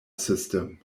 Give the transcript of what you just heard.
system